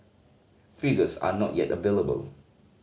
figures are not yet available